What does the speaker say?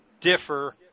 differ